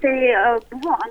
tai buvo